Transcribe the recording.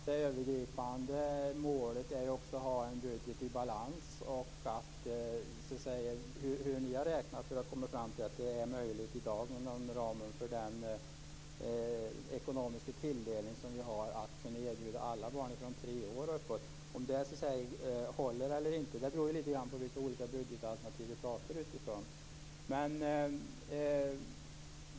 Fru talman! Både Gunnar Goude och jag vet att det övergripande målet är att ha en budget i balans. Hur ni har räknat för att komma fram till att det är möjligt i dag inom ramen för den ekonomiska tilldelning som finns erbjuda alla barn från tre års ålder och uppåt barnomsorg beror på vilket budgetalternativ vi pratar om.